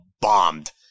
bombed